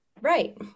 Right